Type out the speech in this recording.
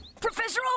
Professor